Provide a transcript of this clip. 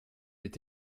est